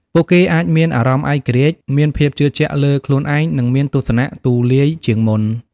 ពួកគេអាចមានអារម្មណ៍ឯករាជ្យ មានភាពជឿជាក់លើខ្លួនឯង និងមានទស្សនៈទូលាយជាងមុន។